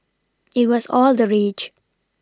it was all the rage